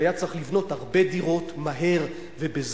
והיה צורך לבנות הרבה דיור מהר ובזול,